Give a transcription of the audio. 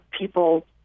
people